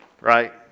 right